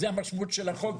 זה המשמעות של החוק.